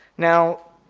now,